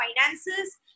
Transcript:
finances